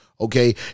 okay